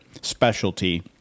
specialty